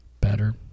better